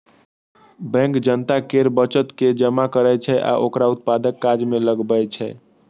bank जनता केर बचत के जमा करै छै आ ओकरा उत्पादक काज मे लगबै छै